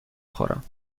خورم